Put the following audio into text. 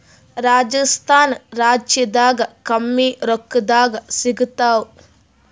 ರಾಜಸ್ಥಾನ ರಾಜ್ಯದಾಗ ಕಮ್ಮಿ ರೊಕ್ಕದಾಗ ಸಿಗತ್ತಾವಾ?